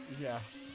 Yes